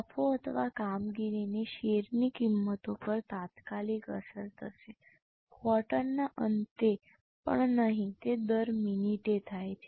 નફો અથવા કામગીરીની શેરની કિંમતો પર તાત્કાલિક અસર થશે ક્વાર્ટરના અંતે પણ નહીં તે દર મિનિટે થાય છે